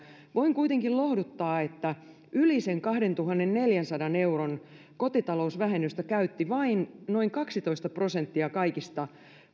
voin kuitenkin lohduttaa että yli sen kahdentuhannenneljänsadan euron kotitalousvähennystä käytti vain noin kaksitoista prosenttia kaikista